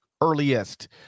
earliest